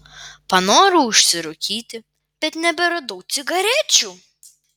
panorau užsirūkyti bet neberadau cigarečių